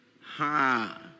ha